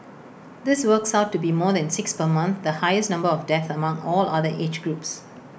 this works out to be more than six per month the highest number of deaths among all other age groups